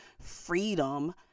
freedom